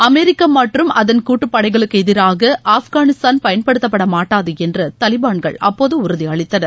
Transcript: அமெரிக்க மற்றும் அதன் கூட்டுப்படைகளுக்கு எதிராக ஆப்கானிஸ்தான் பயன்படுத்தப்பட மாட்டாது என்று தாலிபான்கள் அப்போது உறுதி அளித்தனர்